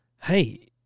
hey –